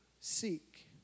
seek